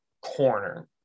corner